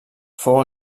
fou